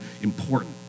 important